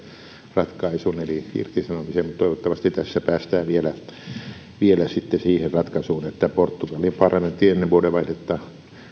ratkaisun eli irtisanomisen mutta toivottavasti tässä päästään vielä sitten siihen ratkaisuun että portugalin parlamentti ennen vuodenvaihdetta